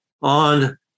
on